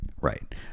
Right